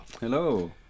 Hello